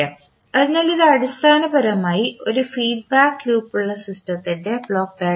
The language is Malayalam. അതിനാൽ ഇത് അടിസ്ഥാനപരമായി ഒരു ഫീഡ്ബാക്ക് ലൂപ്പ് ഉള്ള സിസ്റ്റത്തിൻറെ ബ്ലോക്ക് ഡയഗ്രമാണ്